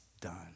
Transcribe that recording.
done